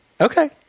Okay